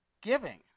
Giving